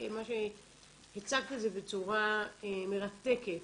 הצגת את זה בצורה מרתקת.